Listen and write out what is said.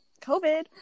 COVID